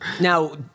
Now